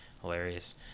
hilarious